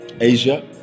Asia